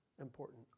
important